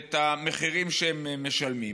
את המחירים שהם משלמים.